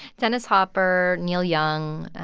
dennis hopper, neil young,